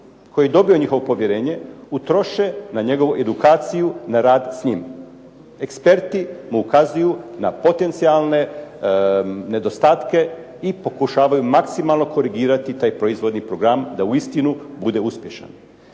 tko je dobio njihovo povjerenje utroše na njegovu edukaciju na rad s njim. Eksperti mu ukazuju na potencijalne nedostatke i pokušavaju maksimalno korigirati taj proizvodni program da uistinu bude uspješan.